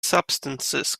substances